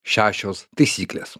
šešios taisyklės